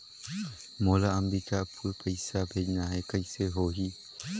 मोला अम्बिकापुर पइसा भेजना है, कइसे होही?